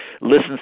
listens